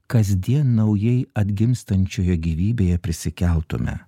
kasdien naujai atgimstančioje gyvybėje prisikeltume